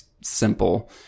simple